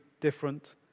different